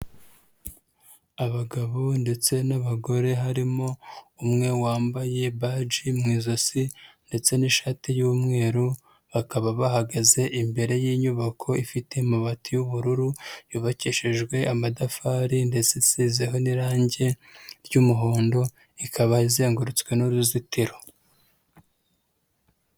Abagabo ndetse n'abagore harimo umwe wambaye baji mu ijosi ndetse n'ishati y'umweru, bakaba bahagaze imbere y'inyubako ifite amabati y'ubururu, yubakishijwe amatafari ndetse isezeho n'irangi ry'umuhondo, ikaba izengurutswe n'uruzitiro.